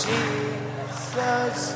Jesus